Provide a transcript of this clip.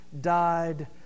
died